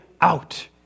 out